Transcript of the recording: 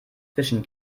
zwischen